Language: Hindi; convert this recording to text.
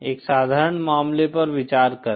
एक साधारण मामले पर विचार करें